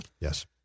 Yes